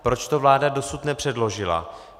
Proč to vláda dosud nepředložila?